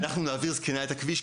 אנחנו נעביר זקנה את הכביש,